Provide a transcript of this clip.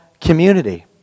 community